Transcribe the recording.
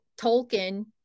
Tolkien